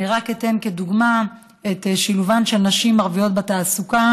אני רק אתן כדוגמה את שילובן של נשים ערביות בתעסוקה.